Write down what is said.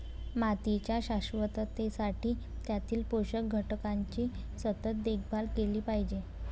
मातीच्या शाश्वततेसाठी त्यातील पोषक घटकांची सतत देखभाल केली पाहिजे